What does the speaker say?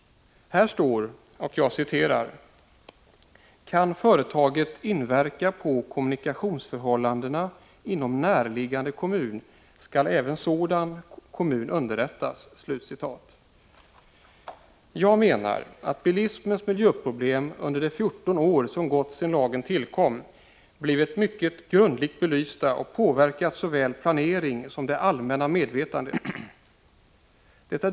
Här står: ”Kan företaget inverka på kommunikationsförhållandena inom närliggande kommun, skall även sådan kommun underrättas.” Jag menar att miljöproblemen under de 14 år som gått sedan lagen tillkom blivit mycket grundligt belysta och påverkat såväl planering som det allmänna medvetandet.